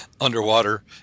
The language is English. underwater